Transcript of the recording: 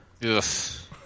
Yes